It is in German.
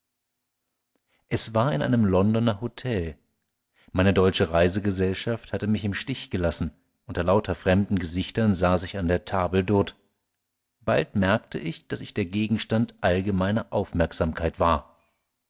es war in einem londoner hotel meine deutsche reisegesellschaft hatte mich im stich gelassen unter lauter fremden gesichtern saß ich an der table d'hte bald merkte ich daß ich der gegenstand allgemeiner aufmerksamkeit war